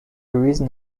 reason